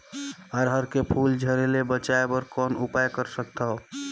अरहर के फूल झरे ले बचाय बर कौन उपाय कर सकथव?